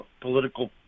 political